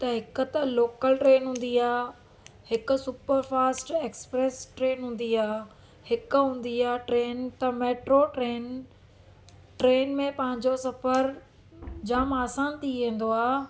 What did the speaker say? त हिकु त लोकल ट्रेन हूंदी आहे हिकु सुपर फास्ट एक्सप्रेस ट्रेन हूंदी आहे हिकु हूंदी आहे ट्रेन त मेट्रो ट्रेन ट्रेन में पंहिंजो सफ़रु जामु आसानु थी वेंदो आहे